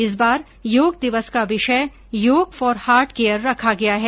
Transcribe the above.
इस बार योग दिवस का विषय योग फॉर हार्ट केयर रखा गया है